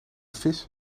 vis